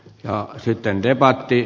ja sitten debatti